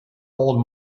old